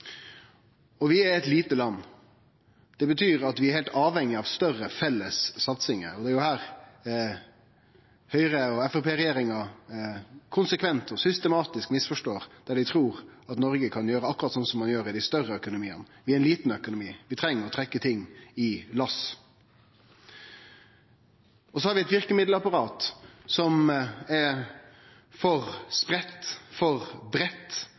Vi er eit lite land. Det betyr at vi er heilt avhengige av større felles satsingar. Det er her Høgre–Framstegsparti-regjeringa konsekvent og systematisk misforstår, der dei trur at Noreg kan gjere akkurat slik som dei større økonomiane kan. Vi er ein liten økonomi. Vi treng å trekkje i lass. Vi har eit verkemiddelapparat som er for spreitt, for breitt